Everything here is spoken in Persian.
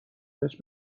بهش